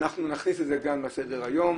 אנחנו נכניס את זה גם לסדר היום,